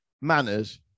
manners